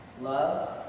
Love